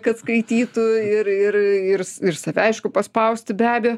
kad skaitytų ir ir ir s save aišku paspausti be abejo